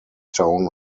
town